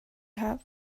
have